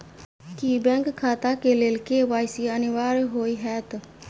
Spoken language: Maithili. की बैंक खाता केँ लेल के.वाई.सी अनिवार्य होइ हएत?